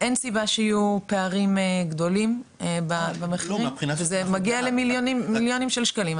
אין סיבה שיהיו פערים גדולים במחירים וזה מגיע למיליונים של שקלים,